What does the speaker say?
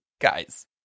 guys